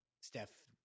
Steph